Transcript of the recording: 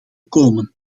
komen